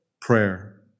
prayer